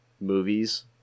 movies